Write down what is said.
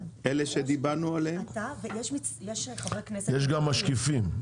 אתה ויש חברי כנסת --- יש גם משקיפים,